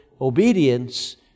obedience